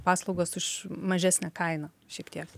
paslaugos už mažesnę kainą šiek tiek